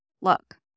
look